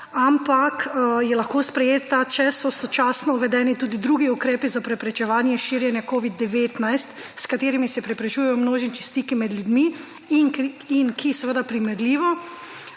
ampak je lahko sprejeta, če so sočasno uvedeni tudi drugi ukrepi za preprečevanje širjenja COVID-19, s katerimi se preprečujejo množični stiki med ljudmi in ki seveda primerljivo